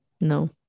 No